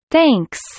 Thanks